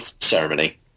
ceremony